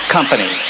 Company